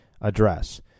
address